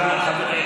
בבקשה.